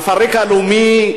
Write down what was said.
המפרק הלאומי,